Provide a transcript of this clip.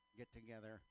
get-together